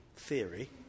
Theory